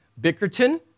Bickerton